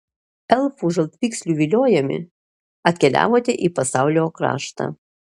elfų žaltvykslių viliojami atkeliavote į pasaulio kraštą